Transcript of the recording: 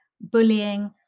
bullying